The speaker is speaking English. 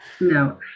No